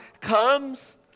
comes